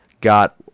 got